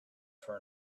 for